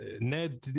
ned